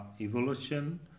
evolution